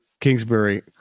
Kingsbury